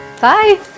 Bye